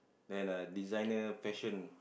then uh designer fashion